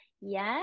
Yes